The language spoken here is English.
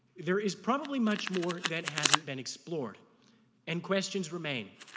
there is probably much more that hasn't been explored and questions remain.